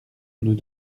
nous